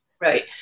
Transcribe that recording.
Right